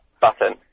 button